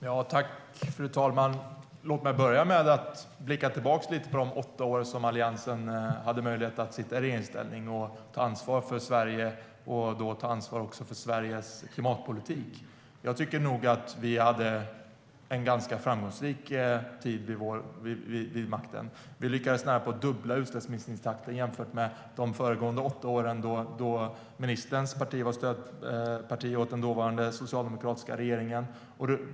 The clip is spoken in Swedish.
Fru talman! Låt mig börja med att blicka tillbaka lite på de åtta år som Alliansen hade möjlighet att sitta i regeringsställning och ta ansvar för Sverige och också för Sveriges klimatpolitik. Jag tycker nog att vi hade en ganska framgångsrik tid vid makten. Vi lyckades närapå dubbla utläppsminskningstakten jämfört de föregående åtta åren då ministerns parti var stödparti åt den dåvarande socialdemokratiska regeringen.